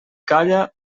calla